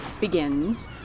begins